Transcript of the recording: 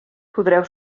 podreu